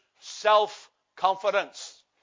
self-confidence